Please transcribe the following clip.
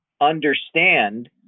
understand